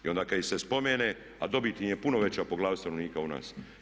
I onda kada ih se spomene, a dobit im je puno veća po glavi stanovnika od nas.